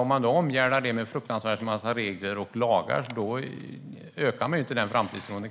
Om man omgärdar dem med en fruktansvärd massa regler och lagar ökar man inte framtidstron.